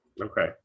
Okay